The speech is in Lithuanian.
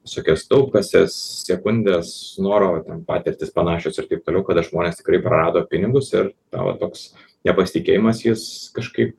visokias taupkases sekundes snoro ten patirtis panašios ir taip toliau kad žmonės tikrai prarado pinigus ir na va toks nepasitikėjimas jis kažkaip